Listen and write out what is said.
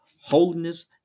Holiness